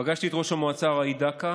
פגשתי את ראש המועצה ראיד דקה